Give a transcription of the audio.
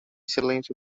silêncio